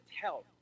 tell